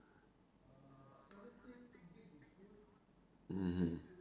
mmhmm